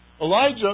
Elijah